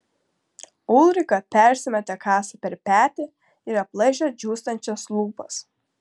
ulrika persimetė kasą per petį ir aplaižė džiūstančias lūpas